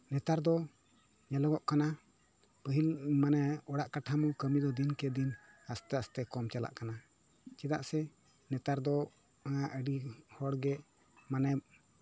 ᱱᱮᱛᱟᱨ ᱫᱚ ᱧᱮᱞᱚᱜᱚᱜ ᱠᱟᱱᱟ ᱯᱟᱹᱦᱤᱞ ᱢᱟᱱᱮ ᱚᱲᱟᱜ ᱠᱟᱴᱷᱟᱢᱳ ᱠᱟᱹᱢᱤ ᱫᱚ ᱫᱤᱱᱠᱮ ᱫᱤᱱ ᱟᱥᱛᱮ ᱟᱥᱛᱮ ᱠᱚᱢ ᱪᱟᱞᱟᱜ ᱠᱟᱱᱟ ᱪᱮᱫᱟᱜ ᱥᱮ ᱱᱮᱛᱟᱨ ᱫᱚ ᱟᱹᱰᱤ ᱦᱚᱲᱜᱮ ᱢᱟᱱᱮ